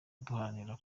duharanira